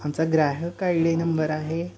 आमचा ग्राहक I D number आहे